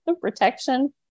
protection